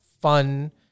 fun